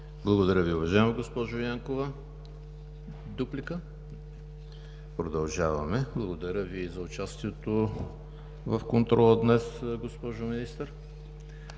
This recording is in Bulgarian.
Благодаря, госпожо Янкова. Дуплика? Продължаваме. Благодаря Ви за участието в контрола днес, госпожо Министър.